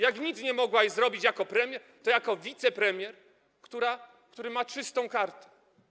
Jak nic nie mogła zrobić jako premier, to jako wicepremier, który ma czystą kartę.